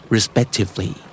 Respectively